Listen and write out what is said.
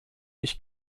ich